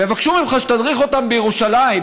ויבקשו ממך שתדריך אותם בירושלים,